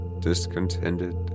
Discontented